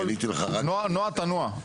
נוע תנוע.